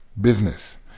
business